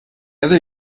other